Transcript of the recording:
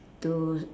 to